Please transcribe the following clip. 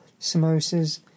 samosas